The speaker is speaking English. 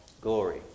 glory